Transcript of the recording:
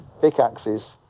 pickaxes